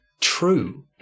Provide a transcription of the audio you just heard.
true